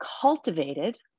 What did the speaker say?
cultivated